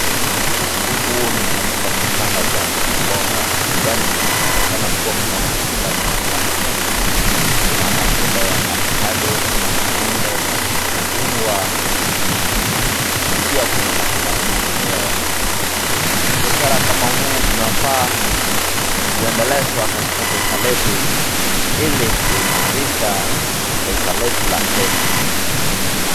Huku ni katika kibanda cha mama mboga, kwani kunaonekana kuwa kuna matunda za kila aina. Kuna matunda ya avocado, maembe, machungwa, pia kuna matunda mengineo. Biashara kama huu unafaa kuendelezwa katika taifa letu, ili kuimarisha taifa letu la Kenya.